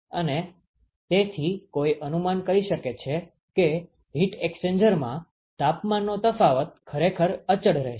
અને તેથી કોઈ અનુમાન કરી શકે છે કે હીટ એક્સ્ચેન્જરમાં તાપમાનનો તફાવત ખરેખર અચળ રહેશે